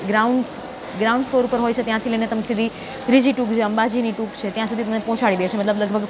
ground ground floor પર હોય છે ત્યાંથી લઈને તમે સીધી ત્રીજી ટુંક જે અંબાજીની ટુંક છે ત્યાં સુધી તમને પહોંચાડી દેશે મતલબ લગભગ